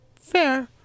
Fair